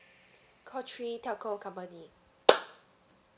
call three telco company